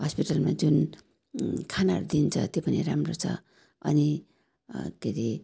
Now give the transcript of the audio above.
हस्पिटलमा जुन खानाहरू दिइन्छ त्यो पनि राम्रो छ अनि के अरे